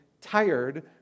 tired